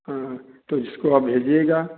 हाँ तो जिसको आप भेजिएगा